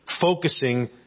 Focusing